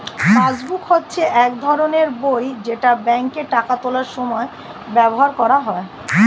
passbook হচ্ছে এক ধরনের বই যেটা ব্যাংকে টাকা তোলার সময় ব্যবহার করা হয়